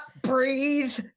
breathe